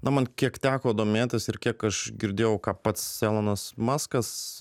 na man kiek teko domėtis ir kiek aš girdėjau ką pats elonas maskas